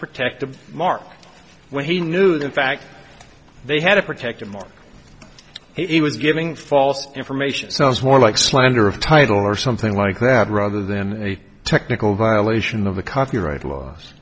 protective mark when he knew the fact they had to protect him or he was giving false information so it's more like slander of title or something like that rather than a technical violation of the copyright laws